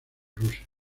rusia